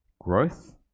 growth